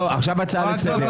לא, עכשיו הצעה לסדר.